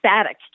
static